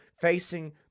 Facing